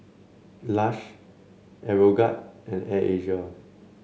Lush Aeroguard and Air Asia